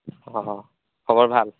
অ খবৰ ভাল